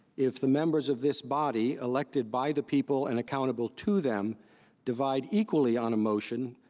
if the members of this body elected by the people and accountable to them divided equally on a motion,